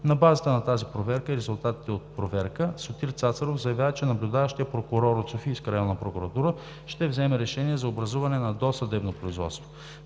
На базата на тази проверка и резултатите от проверката Сотир Цацаров заявява, че наблюдаващият прокурор от Софийска районна прокуратура ще вземе решение за образуване на досъдебно производство.